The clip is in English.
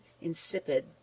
insipid